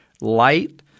Light